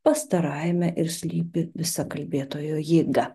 pastarajame ir slypi visa kalbėtojo jėga